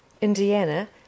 Indiana